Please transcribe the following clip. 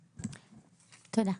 תודה.